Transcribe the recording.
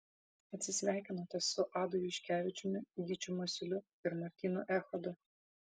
atsisveikinote su adu juškevičiumi gyčiu masiuliu ir martynu echodu